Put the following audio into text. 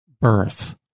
birth